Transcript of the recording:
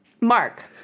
Mark